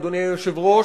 אדוני היושב-ראש,